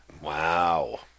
Wow